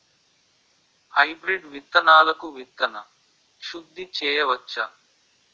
Hybrid విత్తనాలకు విత్తన శుద్ది చేయవచ్చ?